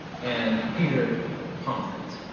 and peter of pomfret